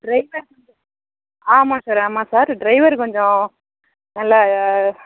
driver வந்து ஆமாம் sir ஆமாம் சார் ட்ரைவர் கொஞ்சம் நல்ல